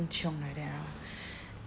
chiong like that ah